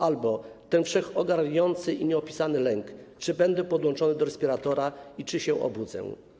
Albo: ten wszechogarniający i nieopisany lęk, czy będę podłączony do respiratora i czy się obudzę.